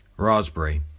Raspberry